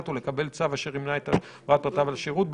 ולקבל צו אשר ימנע את העברת פרטיו לשירות.